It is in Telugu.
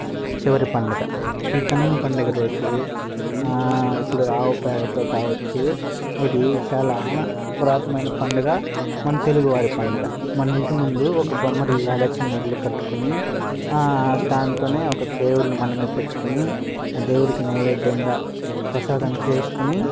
చివరి పండుగ ఈ కనుమ పండుగ రోజు ఇప్పుడు ఆవు పేడతో కావచ్చు ఇది చాలా పురాతనమైన పండుగ మన తెలుగువారి పండుగ మన ఇంటి ముందు ఒక బొమ్మరిల్లులాగా చిన్న ఇల్లు కట్టుకుని దానితో ఒక దేవుడు మనమే పెట్టుకుని ఆ దేవుడికి నైవేద్యంగా ప్రసాదం చేసుకొని